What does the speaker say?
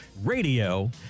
radio